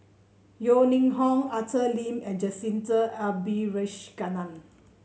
Yeo Ning Hong Arthur Lim and Jacintha Abisheganaden